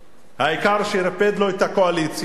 העיקר שריפד לו את הקואליציה,